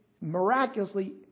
miraculously